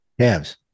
Cavs